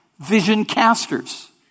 vision-casters